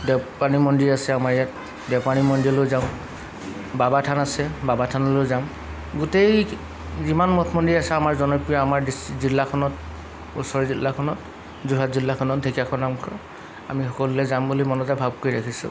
দেওপানী মন্দিৰ আছে আমাৰ ইয়াত দেওপানী মন্দিৰলৈ যাওঁ বাবাথান আছে বাবাথানলৈ যাম গোটেই যিমান মঠ মন্দিৰ আছে আমাৰ জনপ্ৰিয় আমাৰ জিলাখনত ওচৰ জিলাখনত যোৰহাট জিলাখনত ঢেকীয়াখোৱা নামঘৰ আমি সকলোৱে যাম বুলি মনতে ভাৱ কৰি ৰাখিছোঁ